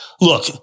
Look